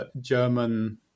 German